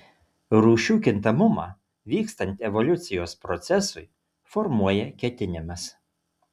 rūšių kintamumą vykstant evoliucijos procesui formuoja ketinimas